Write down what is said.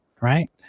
Right